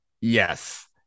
yes